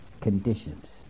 Conditions